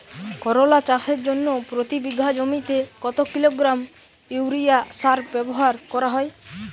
করলা চাষের জন্য প্রতি বিঘা জমিতে কত কিলোগ্রাম ইউরিয়া সার ব্যবহার করা হয়?